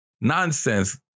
nonsense